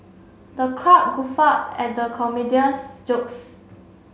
the crowd guffawed at the comedian's jokes